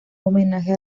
homenaje